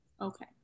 Okay